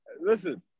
Listen